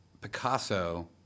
Picasso